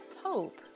hope